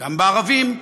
גם בערבים,